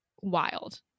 wild